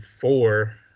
four